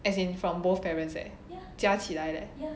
as in from both parents eh 加起来 leh